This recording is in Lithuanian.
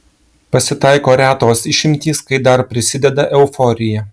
pasitaiko retos išimtys kai dar prisideda euforija